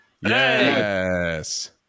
yes